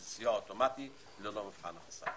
זה סיוע אוטומטי ללא מבחן הכנסה.